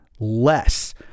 less